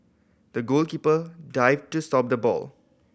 the goalkeeper dived to stop the ball